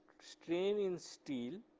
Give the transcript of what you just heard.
strain in steel,